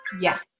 Yes